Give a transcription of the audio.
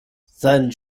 sein